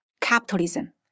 capitalism